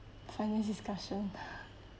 finance discussion